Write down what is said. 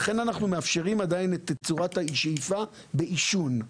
לכן, אנחנו עדיין מאפשרים את תצורת השאיפה בעישון.